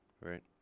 Right